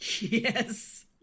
Yes